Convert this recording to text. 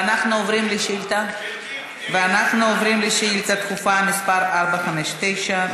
ואנחנו עוברים לשאילתה דחופה מס' 459,